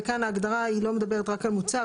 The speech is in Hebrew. וכאן ההגדרה היא לא מדברת רק על מוצר,